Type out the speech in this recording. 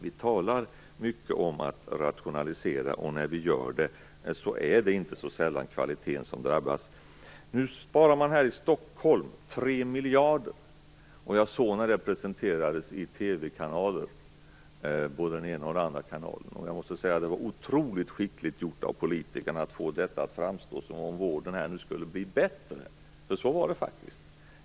Vi talar mycket om att rationalisera, och när vi gör det är det inte så sällan som kvaliteten drabbas. Nu sparar man i Stockholm 3 miljarder. Jag såg hur planen presenterades i TV, på både den ena och den andra kanalen. Jag måste säga att det var otroligt skickligt gjort av politiker att få detta att framstå som om vården skulle bli bättre. Så var det faktiskt.